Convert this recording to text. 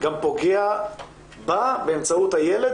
גם פוגע בה באמצעות הילד,